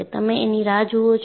તમે એની રાહ જુઓ છો